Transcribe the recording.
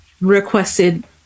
requested